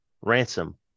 ransom